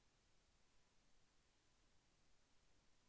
మనం ఎంత తరచుగా పిచికారీ చేయాలి?